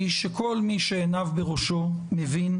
את החלק השני של דברייך לא כל כך הבנתי,